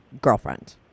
girlfriend